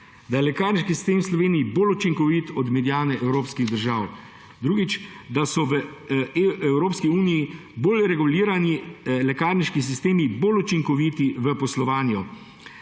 Da je lekarniški sistem v Sloveniji bolj učinkovit od mediane evropskih držav. Drugič, da so v Evropski uniji bolj regulirani lekarniški sistemi bolj učinkoviti v poslovanju.